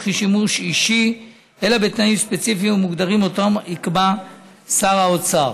שימוש אישי אלא בתנאים ספציפיים ומוגדרים שאותם יקבע שר האוצר.